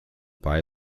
buy